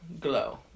glow